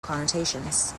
connotations